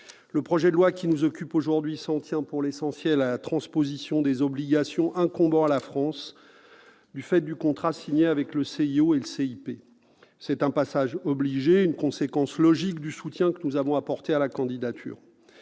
Le projet de loi qui nous occupe aujourd'hui s'en tient pour l'essentiel à la transposition des obligations incombant à la France du fait du contrat signé avec le CIO et le CIP. C'est un passage obligé, une conséquence logique du soutien que nous avons apporté à la candidature.